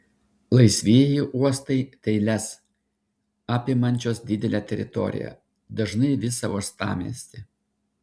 laisvieji uostai tai lez apimančios didelę teritoriją dažnai visą uostamiestį